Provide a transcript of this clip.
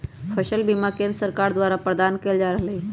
फसल बीमा केंद्र सरकार द्वारा प्रदान कएल जा रहल हइ